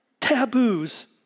taboos